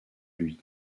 lui